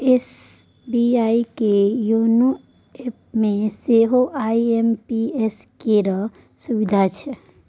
SBI के YONO एपमे सेहो आई.एम.पी.एस केर सुविधा छै